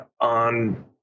on